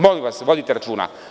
Molim vas, vodite računa.